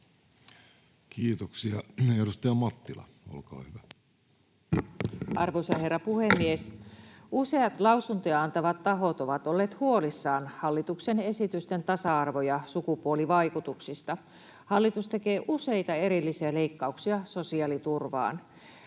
lakien muuttamisesta Time: 23:12 Content: Arvoisa herra puhemies! Useat lausuntoja antavat tahot ovat olleet huolissaan hallituksen esitysten tasa-arvo- ja sukupuolivaikutuksista. Hallitus tekee useita erillisiä leikkauksia sosiaaliturvaan.